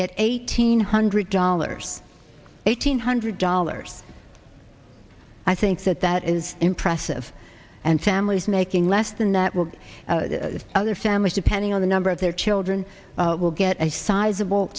get eighteen hundred dollars eighteen hundred dollars i think that that is impressive and families making less than that will other families depending on the number of their children will get a sizeable